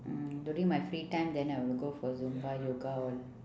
mm during my free time then I will go for zumba yoga all